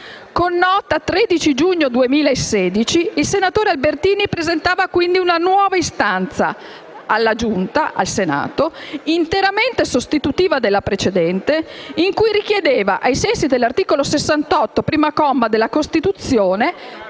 Con nota del 13 giugno 2016, il senatore Albertini presentata quindi una nuova istanza alla Giunta del Senato, interamente sostitutiva della precedente, in cui richiedeva, ai sensi dell'articolo 68, primo comma, della Costituzione